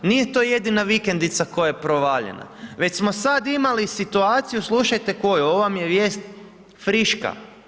Nije to jedina vikendica koja je provaljena, već smo sad imali situaciju, slušajte koju, ovo vam je vijest friška.